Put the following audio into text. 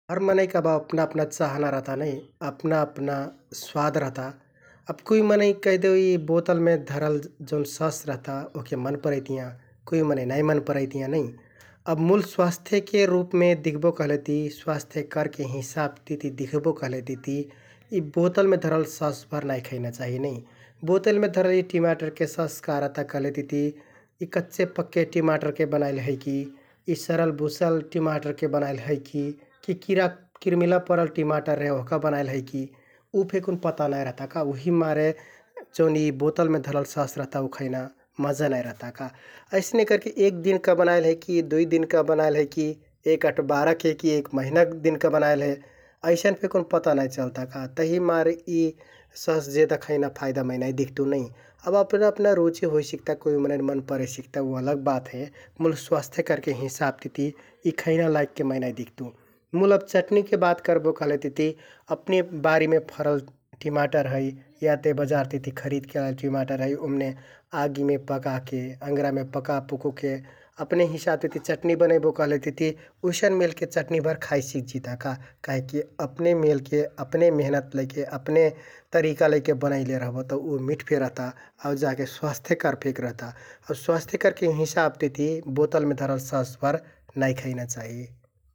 हर मनैंक अब अपना अपना चाहाना रहता नै, अपना अपना स्वाद रहता । अब कुइ मनैं कैहदेउ यि बोतलमे धरल जौन सस ओहके मन परैतियाँ कुइ मनैं नाइ मन परैतियाँ नै । अब मुल स्वास्थ्यके रुपमे दिख्बो कहलेति, स्वास्थ्यकरके हिसाबतिति दिख्बो कहलेतिति यि बोतलमे धरल ससभर नाइ खैना चाहि नै । बोतलमे धरल यि टिमाटरके सस का रहता कहलेतिति यि कच्चे पक्के टिमाटरके बनाइल है कि, यि सरल बुसल टिमाटरके बनाइल है कि, कि किरा किरमिला परल टिमाटर रेहे ओहका बनाइल है कि? उ फेकुन पता नाइ रहता उहिमारे जौन यि बोतलमे धरल सस रहता उ खैना मजा नाइ रहता का । अइसने करके एक दिनका बनाइल है कि, दुइ दिनका बनाइल है कि, एक अठ्बारक हे कि, एक महिनाक दिनका बनाइल हे । अइसन फेकुन पता नाइ चलता का तहिमारे यि सस जेदा खैना फाइदा मै नाइ दिख्तुँ नै । अब अपना अपना रुचि होइ सिकता कुइ मनैंन मन परे सिकता उ अलग बात हे मुल स्वास्थ्यकरके हिंसाब ति यि खैना लायकके मै नाइ दिख्तुँ । मुल अब चट्निके बात करबो कहलेतिति अपने बारिमे फरल टिमाटर है, याते बजारतिति खरिदके लाइल टिमाटर है । ओम्‍ने आगिमे पकाके, अँगरामे पकाके पुकुके अपने हिंसाबतिति चट्नि बनैबो कहलेतिति उइसन मेलके चट्निभर खाइसिकजिता का । काहिककि अपने मेलके, अपने मेहनत लैके, अपने तरिका लैके बनाइले रहबो तौ उ मिठ फे रहता आउ जाके स्वास्थ्यकर फेक रहता । आउ स्वास्थ्यकरके हिंसाबतिति बोतलमे धरल ससभर नाइ खैना चाहि ।